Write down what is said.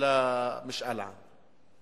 למשאל עם.